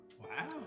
Wow